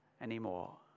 anymore